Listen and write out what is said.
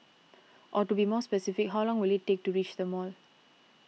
or to be more specific how long will it take to reach the mall